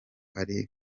arimo